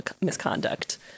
misconduct